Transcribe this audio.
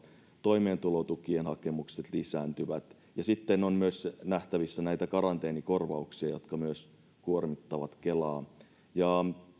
toimeentulotukien hakemukset lisääntyvät ja sitten on myös nähtävissä näitä karanteerikorvauksia jotka myös kuormittavat kelaa